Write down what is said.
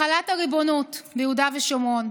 החלת הריבונות ביהודה ושומרון,